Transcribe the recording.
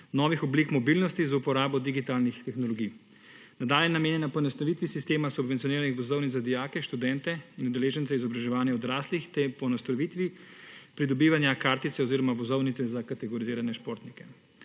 novih oblik mobilnosti, z uporabo digitalnih tehnologij. / nerazumljivo/ je namenjena poenostavitvi sistema subvencioniranih vozovnic za dijake, študente in udeležence izobraževanja odraslih, tej poenostavitvi pridobivanja kartice oziroma vozovnice za kategorizirane športnike.